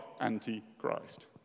antichrist